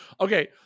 Okay